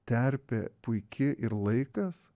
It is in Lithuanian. terpė puiki ir laikas